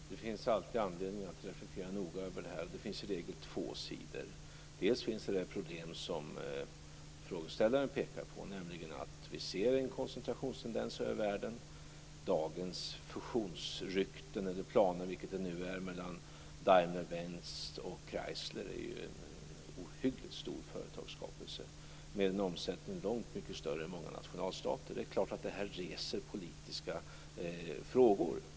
Fru talman! Det finns alltid anledning att reflektera noga över detta. Det finns i regel två sidor. Dels finns det problem som frågeställaren pekar på, nämligen att vi ser en koncentrationstendens över världen. Dagens fusionsrykte eller planer, vilket det nu är, mellan Daimler-Benz och Chrysler är ju en ohyggligt stor företagsskapelse med en omsättning som är långt högre än många nationalstaters. Det är klart att detta reser politiska frågor.